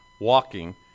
walking